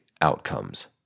outcomes